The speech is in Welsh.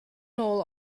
nôl